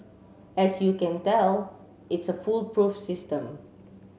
as you can tell it's a foolproof system